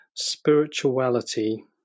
spirituality